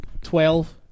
Twelve